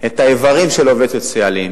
את האיברים של עובד סוציאלי,